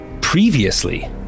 Previously